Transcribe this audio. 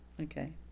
okay